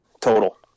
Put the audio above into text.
Total